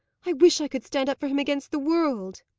i wish i could stand up for him against the world.